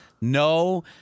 No